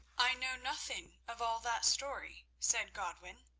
i know nothing of all that story, said godwin.